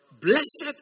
Blessed